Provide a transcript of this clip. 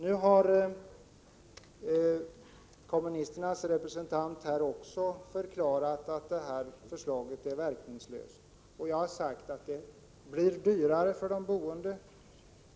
Nu har också kommunisternas representant här förklarat att detta förslag är verkningslöst. Jag har sagt att det blir dyrare för de boende.